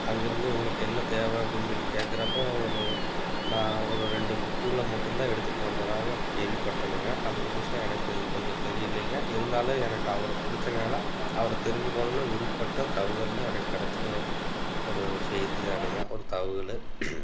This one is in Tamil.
அங்கேருந்து உங்களுக்கு என்ன தேவை அப்படின்னு சொல்லி கேட்கறப்போ அவரு நான் ஒரு ரெண்டு புக்குகளை மட்டும் தான் எடுத்துகிட்டு வந்ததாக கேள்விப்பட்டேனுங்க அது முழுசாக எனக்கு கொஞ்சம் தெரியலைங்க இருந்தாலும் எனக்கு அவரை பிடிச்சனால அவரு தெரிஞ்சிக்கோணுன்னு விருப்பப்பட்டா தகவல்களை எனக்கு கிடச்ச ஒரு செய்திதானுங்க ஒரு தகவல்